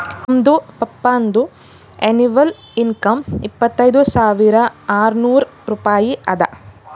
ನಮ್ದು ಪಪ್ಪಾನದು annual income ಇಪ್ಪತೈದ್ ಸಾವಿರಾ ಆರ್ನೂರ್ ರೂಪಾಯಿ ಅದಾ